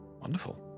Wonderful